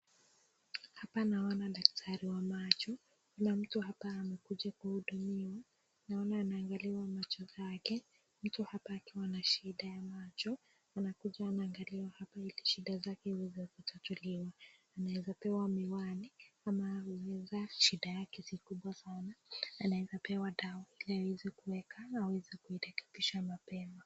Hapa naona daktari wa macho, kuna mtu hapa amekuja kuhudumiwa, naona anaangaliwa macho zake, mtu hapa akiwa na shida ya macho anakuja anaangaliwa hapa ili shida zake ziweze kutatuliwa, anaweza pewa miwani ama inaweza shida yake si kubwa sana, anaweza pewa dawa ili aweze kuweka aweze kuirekebisha mapema.